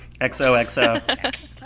XOXO